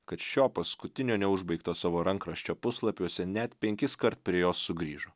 kad šio paskutinio neužbaigto savo rankraščio puslapiuose net penkiskart prie jos sugrįžo